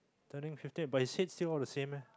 turning fifty but his head all still the same leh